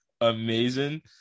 amazing